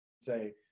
say